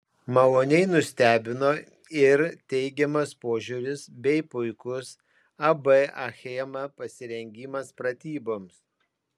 maloniai nustebino ir teigiamas požiūris bei puikus ab achema pasirengimas pratyboms